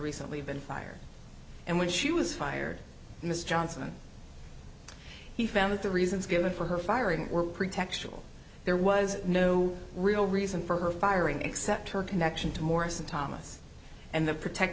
recently been fired and when she was fired miss johnson he found that the reasons given for her firing were pretextual there was no real reason for her firing except her connection to morris and thomas and the protect